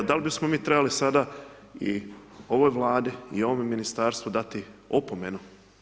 Dal bismo mi trebali sada i ovoj vladi i ovome ministarstvu dati opomenu.